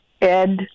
Ed